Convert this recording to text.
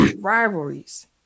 Rivalries